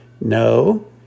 no